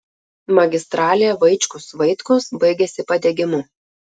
magistralė vaičkus vaitkus baigiasi padegimu